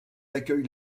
accueille